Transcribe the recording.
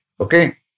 Okay